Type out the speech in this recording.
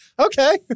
Okay